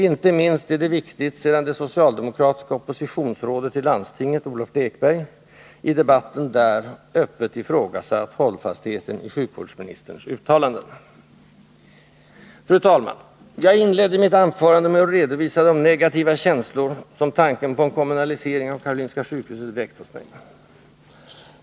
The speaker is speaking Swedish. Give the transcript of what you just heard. Inte minst är detta viktigt sedan det socialdemokratiska oppositionsrådet i landstinget, Olov Lekberg, i landstingsdebatten öppet ifrågasatt hållfastheten i sjukvårdsministerns uttalanden. Fru talman! Jag inledde mitt anförande med att redovisa de negativa känslor tanken på en kommunalisering av Karolinska sjukhuset väckt hos mig.